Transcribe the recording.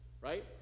Right